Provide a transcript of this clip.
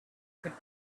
could